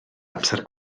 amser